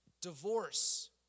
divorce